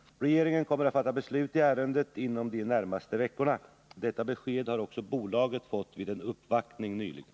Regeringen kommer att fatta beslut i ärendet inom de närmaste veckorna. Detta besked har också bolaget fått vid en uppvaktning nyligen.